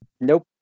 nope